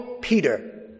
Peter